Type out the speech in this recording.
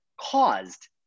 caused